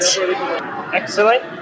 Excellent